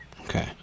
Okay